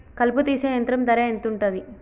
కలుపు తీసే యంత్రం ధర ఎంతుటది?